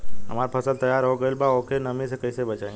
हमार फसल तैयार हो गएल बा अब ओके नमी से कइसे बचाई?